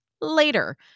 later